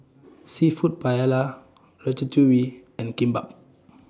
Seafood Paella Ratatouille and Kimbap